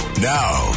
Now